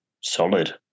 solid